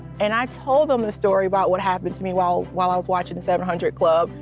and i told him the story about what happened to me while while i was watching seven hundred club.